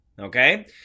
Okay